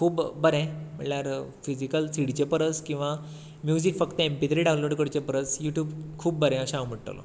खूब बरें म्हळ्यार फिजीकल सिडीचे परस किंवां म्युजीक फक्त एम पी थ्री डावनलाॅड करचे परस युट्युब खूब बरें अशें हांव म्हणटलो